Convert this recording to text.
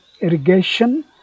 irrigation